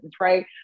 right